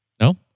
No